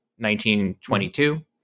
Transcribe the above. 1922